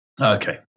Okay